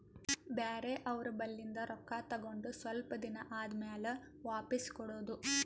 ಬ್ಯಾರೆ ಅವ್ರ ಬಲ್ಲಿಂದ್ ರೊಕ್ಕಾ ತಗೊಂಡ್ ಸ್ವಲ್ಪ್ ದಿನಾ ಆದಮ್ಯಾಲ ವಾಪಿಸ್ ಕೊಡೋದು